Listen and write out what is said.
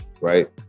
right